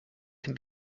can